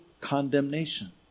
condemnation